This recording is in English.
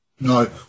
No